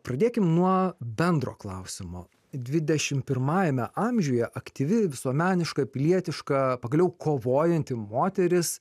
pradėkim nuo bendro klausimo dvidešim pirmajame amžiuje aktyvi visuomeniška pilietiška pagaliau kovojanti moteris